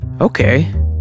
Okay